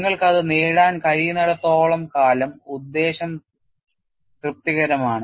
നിങ്ങൾക്ക് അത് നേടാൻ കഴിയുന്നിടത്തോളം കാലം ഉദ്ദേശ്യം തൃപ്തികരമാണ്